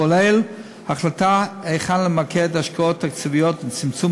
כולל החלטה היכן למקד השקעות תקציביות לצמצום